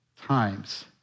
times